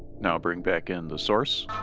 now bring back in the source